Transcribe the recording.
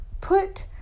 put